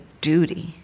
duty